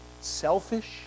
selfish